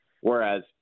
Whereas